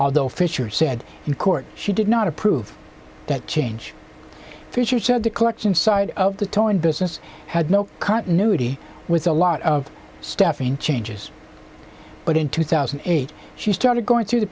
although fisher said in court she did not approve that change fisher said the collection side of the towing business had no continuity with a lot of staffing changes but in two thousand and eight she started going through the